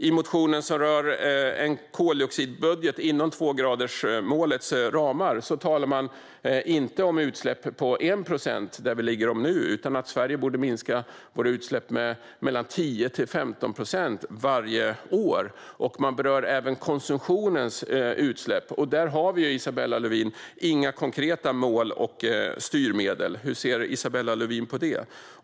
I motionen som rör en koldioxidbudget inom tvågradersmålets ramar talar man inte om utsläppsminskningar på 1 procent, där vi lägger dem nu, utan om att Sverige borde minska utsläppen med 10-15 procent varje år. Man berör även konsumtionens utsläpp. Där har vi inga konkreta mål och styrmedel. Hur ser Isabella Lövin på det?